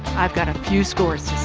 i've got a few scores